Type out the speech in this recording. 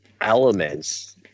elements